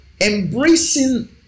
Embracing